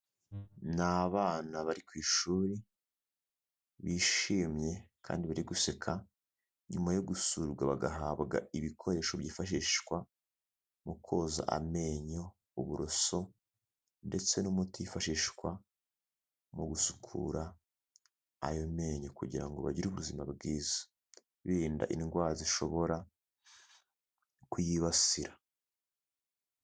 Ni abana bari ku ishuri, bishimye kandi bari guseka nyuma yo gusurwa bagahabwa ibikoresho byifashishwa mu koza amenyo, uburoso ndetse n'umuti wifashishwa mu gusukura ayo menyo kugira ngo bagire ubuzima bwiza, birinda indwara zishobora kuyibasira.